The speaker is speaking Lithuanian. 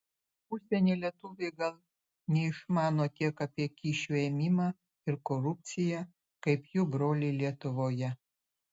užsienio lietuviai gal neišmano tiek apie kyšių ėmimą ir korupciją kaip jų broliai lietuvoje